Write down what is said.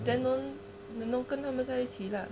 then don't then don't 跟他们在一起 lah